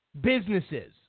businesses